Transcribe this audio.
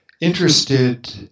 interested